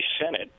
Senate